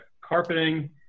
carpeting